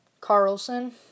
Carlson